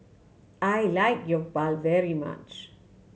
I like Jokbal very much